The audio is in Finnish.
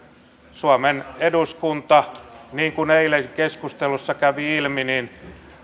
suomen eduskunta niin kuin eilen keskustelussa kävi ilmi